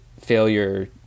failure